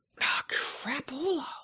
Crapola